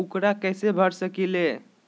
ऊकरा कैसे भर सकीले?